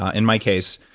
ah in my case,